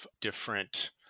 different